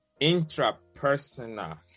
intrapersonal